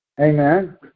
Amen